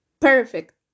perfect